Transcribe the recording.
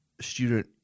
student